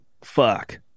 fuck